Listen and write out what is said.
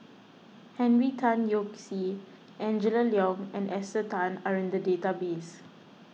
Henry Tan Yoke See Angela Liong and Esther Tan are in the database